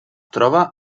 troba